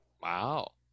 Wow